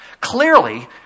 Clearly